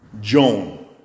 Joan